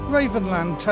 Ravenland